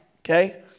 okay